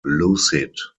lucid